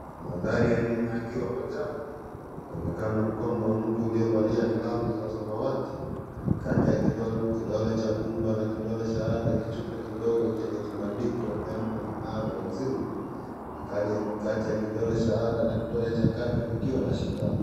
Mandhari ya nyuma yakiwa manjano, unaonekana mkono wa mtu uliovalia glavu za samawati, kati ya kidole cha gumba na kidole shahada. Kichuppa kidogo chenye kibandiko MMR Vaccine na kati ya kidole shahada na kidole cha kati pakiwa shundano.